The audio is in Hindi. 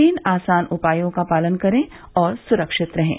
तीन आसान उपायों का पालन करें और स्रक्षित रहें